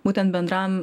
būtent bendram